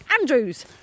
Andrews